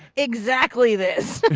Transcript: exactly this!